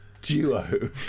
duo